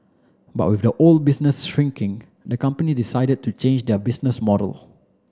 but off the old business shrinking the company decided to change their business model